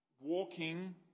walking